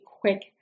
quick